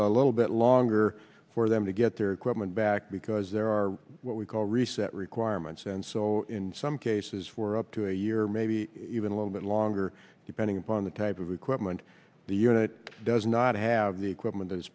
a little bit longer for them to get their equipment back because there are what we call reset requirements and so in some cases for up to a year or maybe even a little bit longer depending upon the type of equipment the unit does not have the equipment i